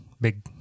big